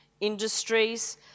industries